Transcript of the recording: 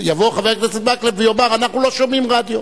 יבוא חבר הכנסת מקלב ויאמר: אנחנו לא שומעים רדיו.